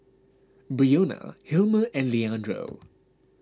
Brionna Hilmer and Leandro